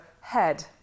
head